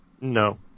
No